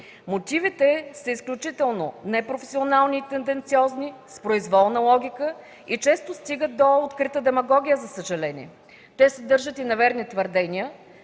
Мотивите са изключително непрофесионални и тенденциозни, с произволна логика и често стигат до открита демагогия, за съжаление. Те съдържат и неверни твърдения